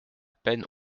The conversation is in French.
peine